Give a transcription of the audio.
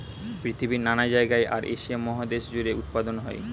পৃথিবীর নানা জায়গায় আর এশিয়া মহাদেশ জুড়ে উৎপাদন হয়